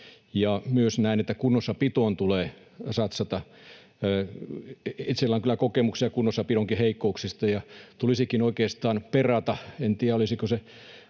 myös, että kunnossapitoon tulee satsata. Itsellä on kyllä kokemuksia kunnossapidonkin heikkouksista, ja tulisikin oikeastaan perata — en tiedä, olisiko se